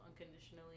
unconditionally